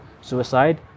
suicide